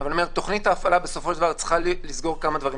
אבל תוכנית ההפעלה צריכה לסגור כמה דברים בסופו של דבר.